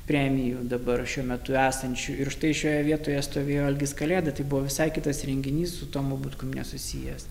premijų dabar šiuo metu esančių ir štai šioje vietoje stovėjo algis kalėda tai buvo visai kitas renginys su tomu butkum nesusijęs